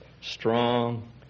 strong